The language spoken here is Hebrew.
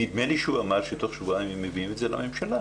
נדמה לי שהוא אמר שתוך שבועיים הם מביאים את זה לממשלה.